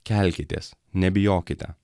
kelkitės nebijokite